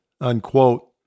unquote